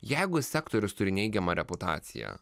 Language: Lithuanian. jeigu sektorius turi neigiamą reputaciją